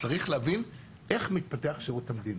צריך להבין איך מתפתח שירות המדינה.